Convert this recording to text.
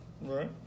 Right